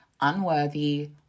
unworthy